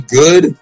good